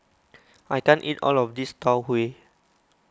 I can't eat all of this Tau Huay